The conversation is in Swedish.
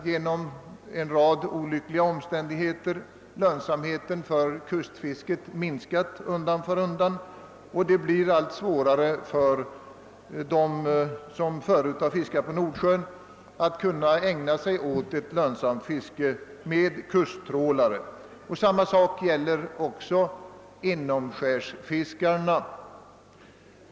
Genom en rad olyckliga omständigheter har tyvärr lönsamheten för kustfisket minskat undan för undan, och det blir allt svårare för dem som förut fiskat på Nordsjön att kunna ägna sig åt ett lönsamt fiske med kusttrålare. Samma sak gäller också inomskärsfisket.